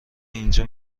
اینجا